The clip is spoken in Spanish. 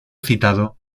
citado